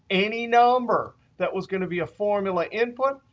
any number that was going to be a formula input,